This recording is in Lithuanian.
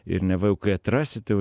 ir neva jau kai atrasi tai jau